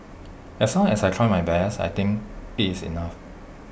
as long as I tried my best I think IT is enough